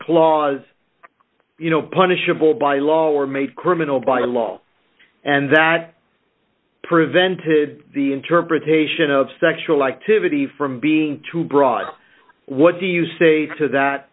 clause punishable by law were made criminal by law and that prevented the interpretation of sexual activity from being too broad what do you say to that